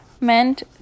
meant